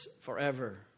forever